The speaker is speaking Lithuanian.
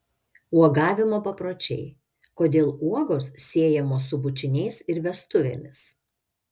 uogavimo papročiai kodėl uogos siejamos su bučiniais ir vestuvėmis